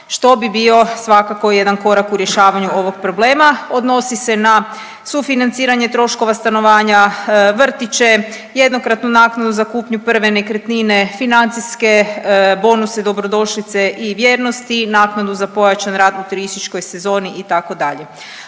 što bi bio svakako jedan korak u rješavanju ovog problema. Odnosi se na sufinanciranje troškova stanovanja, vrtiće, jednokratnu naknadu za kupnju prve nekretnine, financijske bonuse dobrodošlice i vjernosti, naknadu za pojačan rad u turističkoj sezoni itd.